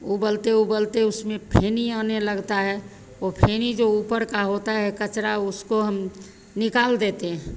उबलते उबलते उसमें फेनी आने लगती है वह फेनी जो ऊपर की होती है कचरा उसको हम निकाल देते हैं